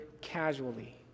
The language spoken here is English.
casually